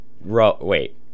wait